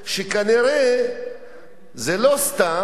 כנראה זה לא סתם,